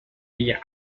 ella